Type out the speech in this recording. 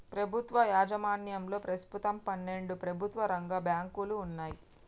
ప్రభుత్వ యాజమాన్యంలో ప్రస్తుతం పన్నెండు ప్రభుత్వ రంగ బ్యాంకులు వున్నయ్